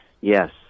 Yes